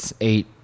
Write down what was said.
eight